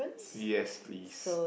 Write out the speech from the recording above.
yes please